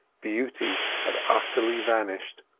beauty had utterly vanished,